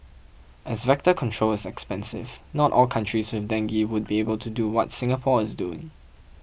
as vector control is expensive not all countries with dengue would be able to do what Singapore is doing